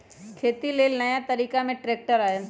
खेती लेल नया तरिका में ट्रैक्टर आयल